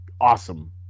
awesome